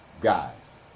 guys